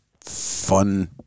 fun